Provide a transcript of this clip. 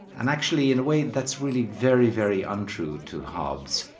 and actually in a way, that's really very, very untrue to hobbes.